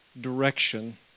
direction